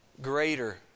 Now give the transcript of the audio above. greater